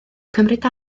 cymryd